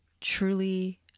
truly